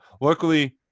luckily